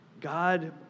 God